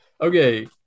okay